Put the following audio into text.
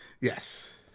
Yes